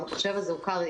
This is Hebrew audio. המחשב הזה הוא קר.